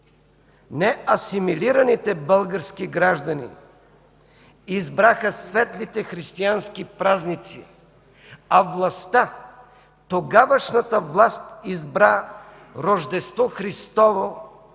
не асимилираните български граждани избраха светлите християнски празници, а властта, тогавашната власт избра Рождество Христово